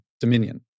dominion